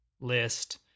list